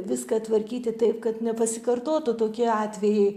viską tvarkyti taip kad nepasikartotų tokie atvejai